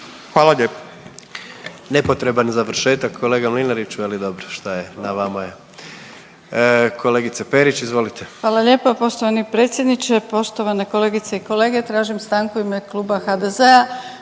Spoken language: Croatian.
Gordan (HDZ)** Nepotreban završetak kolega Mlinariću, ali dobro šta je na vama je. Kolegice Perić, izvolite. **Perić, Grozdana (HDZ)** Hvala lijepo poštovani predsjedniče. Poštovane kolegice i kolege tražim stanku u ime Kluba HDZ-a